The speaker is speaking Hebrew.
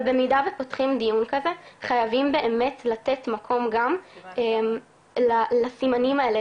אבל במידה ופותחים דיון כזה חייבים באמת לתת מקום לסימנים האלה.